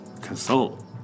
consult